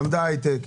למדה הייטק,